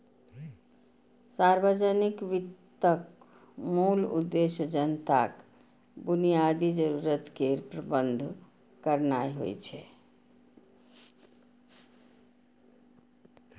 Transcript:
सार्वजनिक वित्तक मूल उद्देश्य जनताक बुनियादी जरूरत केर प्रबंध करनाय होइ छै